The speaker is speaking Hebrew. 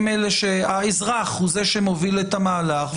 האזרח הוא זה שמוביל את המהלך,